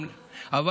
תודה רבה לך.